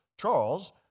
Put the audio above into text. Charles